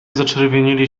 zaczerwienili